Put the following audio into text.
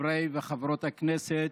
חברי וחברות הכנסת,